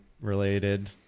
related